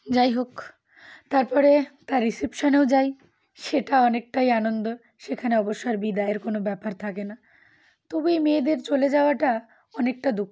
যাই হোক তারপরে তার রিসেপশানেও যাই সেটা অনেকটাই আনন্দ সেখানে অবশ্য আর বিদায়ের কোনো ব্যাপার থাকে না তবুই মেয়েদের চলে যাওয়াটা অনেকটা দুঃখ